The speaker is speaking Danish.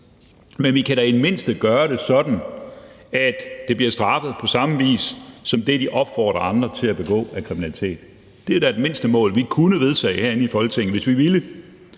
men vi kan da i det mindste gøre det sådan, at det bliver straffet på samme vis som det, de opfordrer andre til at begå af kriminalitet. Det er da et mindstemål, vi kunne vedtage herinde i Folketinget, hvis vi ville,